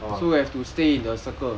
orh